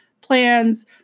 plans